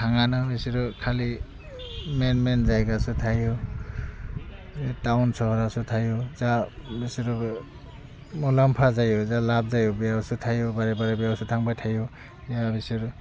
थाङाना इसोरो खालि मेन मेन जायगायावसो थायो ए टावन सहरावसो थायो जाह बेसोर बे मुलाम्फा जायो लाब जायो बेयावसो थायो बारे बारे बेयावसो थांबाय थायो इया बिसोरो